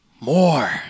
more